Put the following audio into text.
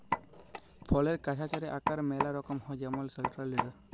ফলের গাহাচের আকারের ম্যালা রকম হ্যয় যেমল সেলট্রাল লিডার